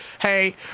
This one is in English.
hey